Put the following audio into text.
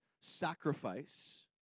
sacrifice